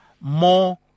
more